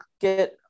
get